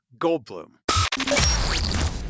Goldblum